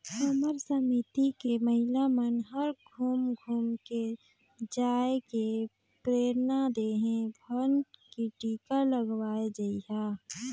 हमर समिति के महिला मन हर घुम घुम के जायके प्रेरना देहे हन की टीका लगवाये जइहा